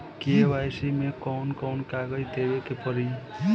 KYC मे कौन कौन कागज देवे के पड़ी?